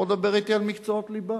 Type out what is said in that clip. בוא דבר אתי על מקצועות ליבה.